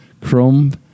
chrome